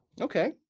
Okay